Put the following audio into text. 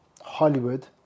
Hollywood